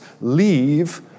leave